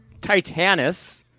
Titanus